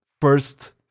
first